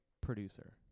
producer